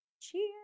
Cheers